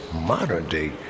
modern-day